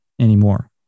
anymore